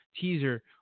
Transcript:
teaser